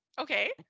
Okay